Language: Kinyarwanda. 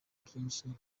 byinshi